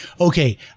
okay